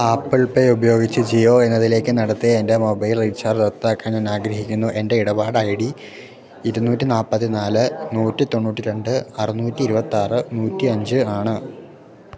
apple Pay ഉപയോഗിച്ച് ജിയോ എന്നതിലേക്ക് നടത്തിയ എൻ്റെ മൊബൈൽ റീചാർജ് റദ്ദാക്കാൻ ഞാൻ ആഗ്രഹിക്കുന്നു എൻ്റെ ഇടപാട് ഐ ഡി ഇരുന്നൂറ്റി നാപ്പത്തിനാല് നൂറ്റി തൊണ്ണൂറ്റി രണ്ട് അറുന്നൂറ്റി ഇരുപത്താറ് നൂറ്റിയഞ്ച് ആണ്